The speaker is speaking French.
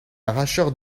arracheur